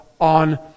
on